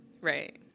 Right